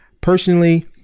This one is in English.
Personally